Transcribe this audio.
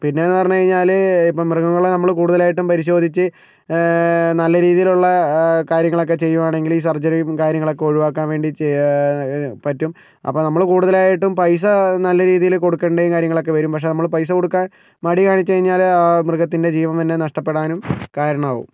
പിന്നെയെന്ന് പറഞ്ഞു കഴിഞ്ഞാൽ ഇപ്പം മൃഗങ്ങളെ നമ്മൾ കൂടുതലായിട്ടും പരിശോധിച്ച് നല്ല രീതിയിലുള്ള കാര്യങ്ങളൊക്കെ ചെയ്യുകയാണെങ്കിൽ ഈ സർജറിയും കാര്യങ്ങളൊക്കെ ഒഴിവാക്കാൻ വേണ്ടി ചെയ് പറ്റും അപ്പം നമ്മൾ കൂടുതലായിട്ടും പൈസ നല്ല രീതിയിൽ കൊടുക്കേണ്ടതും കാര്യങ്ങളൊക്കെ വരും പക്ഷേ നമ്മൾ പൈസ കൊടുക്കാൻ മടി കാണിച്ച് കഴിഞ്ഞാൽ മൃഗത്തിൻറെ ജീവൻ തന്നെ നഷ്ടപെടാനും കാരണമാകും